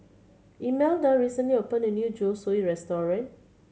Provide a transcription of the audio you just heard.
Imelda recently opened a new Zosui Restaurant